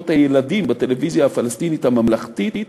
הילדים בטלוויזיה הפלסטינית הממלכתית,